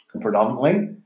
predominantly